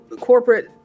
corporate